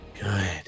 Good